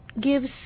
gives